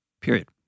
Period